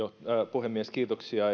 puhemies kiitoksia